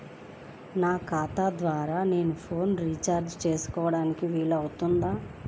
నా ఖాతా ద్వారా నేను ఫోన్ రీఛార్జ్ చేసుకోవడానికి వీలు అవుతుందా?